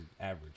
average